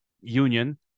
Union